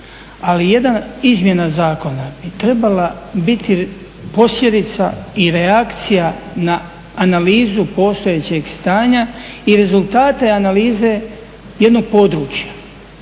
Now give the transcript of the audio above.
ali jedna izmjena zakona bi trebala biti posljedica i reakcija na analizu postojećeg stanja i rezultate analize jednog područja.